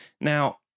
Now